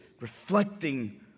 reflecting